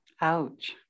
Ouch